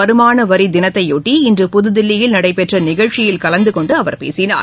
வருமான வரி தினத்தையொட்டி இன்று புதுதில்லியில் நடைபெற்ற நிகழ்ச்சியில் கலந்து கொண்டு அவர் பேசினார்